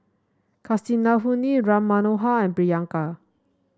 Kasinadhuni Ram Manohar and Priyanka